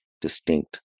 distinct